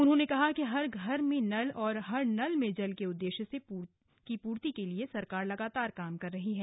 उन्होंने कहा कि हर घर में नल और हर नल में जल के उद्देश्य की पूर्ति के लिए सरकार लगातार काम कर रही है